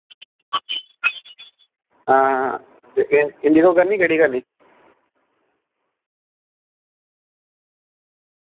हां ते इंडिगो करनी केह्ड़ी करनी